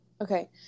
Okay